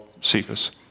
Cephas